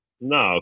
No